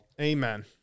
Amen